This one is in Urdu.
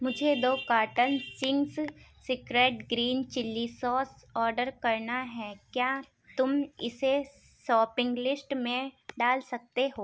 مجھے دو cartons Ching's secret green chilli sauce order کرنا ہیں کیا تم اسے شاپنگ لسٹ میں ڈال سکتے ہو